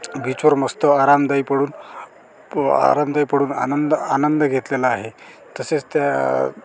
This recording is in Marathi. बीचवर मस्त आरामदायी पडून प आरामदायी पडून आनंद आनंद घेतलेला आहे तसेच त्या